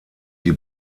die